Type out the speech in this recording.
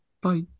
bye